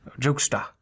jokester